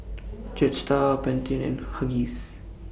Jetstar Pantene and Huggies